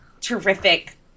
terrific